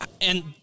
And-